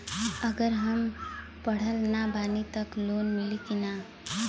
अगर हम पढ़ल ना बानी त लोन मिली कि ना?